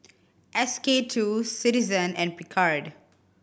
S K Two Citizen and Picard